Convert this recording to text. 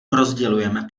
rozdělujeme